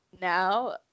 now